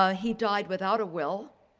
ah he died without a will